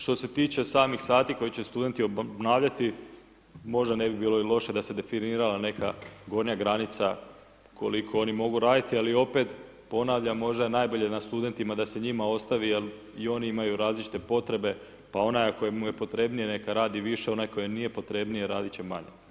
Što se tiče samih sati koje će studenti obnavljati, možda ne bi bilo loše i da se definirala neka gornja granica koliko oni mogu raditi ali opet, ponavljam, možda je najbolje na studentima da se njima ostavi jer i oni imaju različite potrebe pa onaj ako mu je potrebnije, neka radi više, onaj kojemu nije potrebnije, radit će manje.